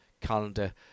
calendar